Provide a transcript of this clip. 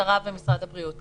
המשטרה ומשרד הבריאות.